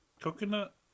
Coconut